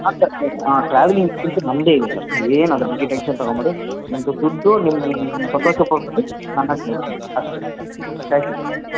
ಹಾಂ sir travelling fees ನಮ್ಮದೇ ಇದೆ ಸರ್ ನೀವು ಏನು ಅದ್ರ ಬಗ್ಗೆ ಟೆನ್ಷನ್ ತಗೊಬೇಡಿ ನಿಮ್ಮದು ದುಡ್ಡು ಅಷ್ಟೇ ಥ್ಯಾಂಕ್ ಯು ಸರ್